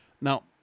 Now